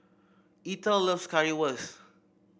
Eathel loves Currywurst